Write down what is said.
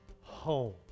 home